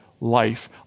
life